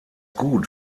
gut